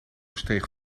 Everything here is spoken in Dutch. steeg